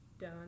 done